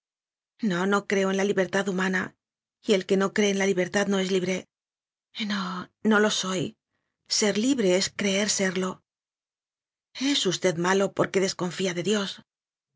no no creo en la libertad humana y el que no cree en la libertad no es libre no no lo soy ser libre es creer serlo es usted malo porque desconfía de dios